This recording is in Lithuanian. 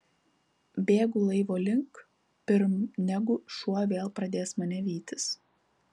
bėgu laivo link pirm negu šuo vėl pradės mane vytis